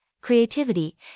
Creativity